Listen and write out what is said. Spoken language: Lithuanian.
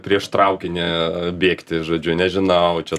prieš traukinį bėgti žodžiu nežinau čia